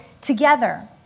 together